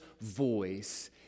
voice